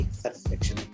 satisfaction